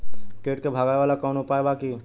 कीट के भगावेला कवनो उपाय बा की?